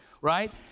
right